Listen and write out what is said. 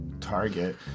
target